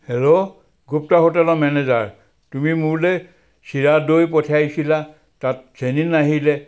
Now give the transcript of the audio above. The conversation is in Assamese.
হেল্ল' গুপ্তা হোটেলৰ মেনেজাৰ তুমি মোৰলৈ চিৰা দৈ পঠিয়াইছিলা তাত চেনী নাহিলে